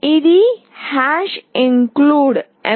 ఇది include mbed